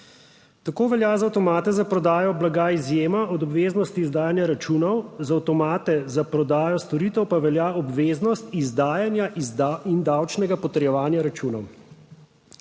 Tako velja za avtomate za prodajo blaga izjema od obveznosti izdajanja računov, za avtomate za prodajo storitev pa velja obveznost izdajanja in davčnega potrjevanja računov.